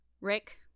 Rick